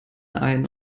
ein